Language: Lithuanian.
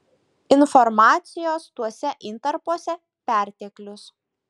informacijos tuose intarpuose perteklius